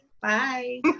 Bye